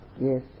Yes